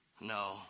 No